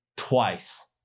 Twice